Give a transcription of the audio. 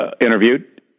interviewed